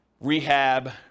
rehab